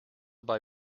buy